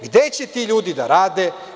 Gde će ti ljudi da rade?